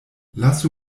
lasu